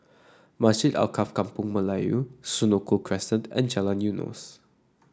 Masjid Alkaff Kampung Melayu Senoko Crescent and Jalan Eunos